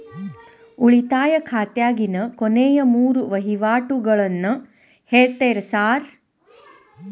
ಉಳಿತಾಯ ಖಾತ್ಯಾಗಿನ ಕೊನೆಯ ಮೂರು ವಹಿವಾಟುಗಳನ್ನ ಹೇಳ್ತೇರ ಸಾರ್?